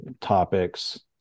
topics